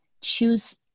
choose